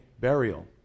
Burial